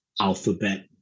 alphabet